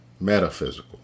metaphysical